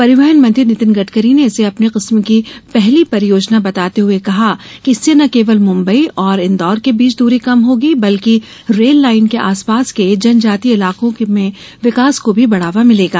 परिवहन मंत्री नितिन गडकरी ने इसे अपने किस्मो की पहली परियोजना बताते हुए कहा कि इससे न केवल मुंबई और इंदौर के बीच दूरी कम होगी बल्कि रेल लाइन के आस पास के जनजातीय इलाकों में विकास को भी बढ़ावा मिलेगा